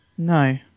No